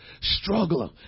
struggling